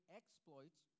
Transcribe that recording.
exploits